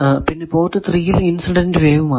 പിന്നെ പോർട്ട് 3 ൽ incident wave മാത്രം